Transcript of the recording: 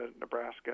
Nebraska